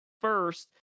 first